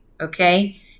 okay